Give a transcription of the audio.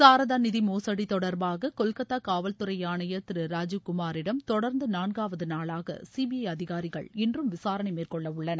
சாரதா நிதி மோசடி தொடர்டாக கொல்கத்தா காவல்துறை ஆணையர் திரு ராஜீவ்குமாரிடம் தொடர்ந்து நான்காவது நாளாக சிபிஐ அதிகாரிகள் இன்றும் விசாரணை மேற்கொள்ளவுள்ளனர்